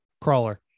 crawler